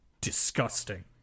disgusting